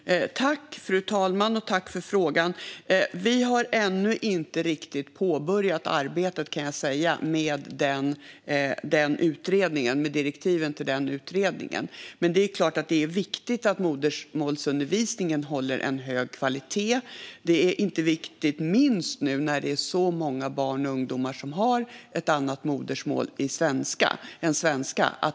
Fru talman! Jag tackar ledamoten för frågan. Vi har ännu inte påbörjat arbetet med direktiven till denna utredning. Men det är givetvis viktigt att modersmålsundervisningen håller hög kvalitet och bidrar till utvecklingen i andra ämnen, inte minst för att så många barn och ungdomar har ett annat modersmål än svenska.